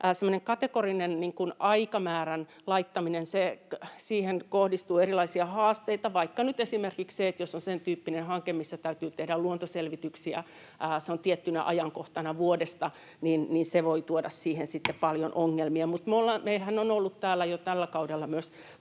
kategoriseen aikamäärän laittamiseen kohdistuu erilaisia haasteita, vaikka nyt esimerkiksi se, että jos on sentyyppinen hanke, missä täytyy tehdä luontoselvityksiä, ja se on tiettynä ajankohtana vuodesta, niin se voi tuoda siihen sitten paljon ongelmia. Meillähän on ollut täällä jo tällä kaudella